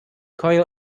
coil